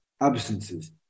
absences